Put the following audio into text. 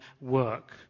work